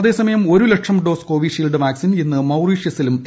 അതേസമയം ഒരു ലക്ഷം ഡോസ് കോവിഷീൽഡ് വാക്സിൻ ഇന്ന് മൌറീഷ്യസിലും എത്തും